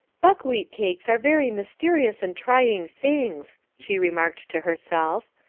buckwheat cakes are very mysterious and trying things, she remarked to herself,